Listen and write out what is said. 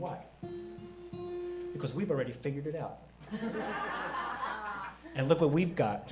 why because we've already figured it out and look what we've got